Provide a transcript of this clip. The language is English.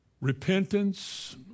repentance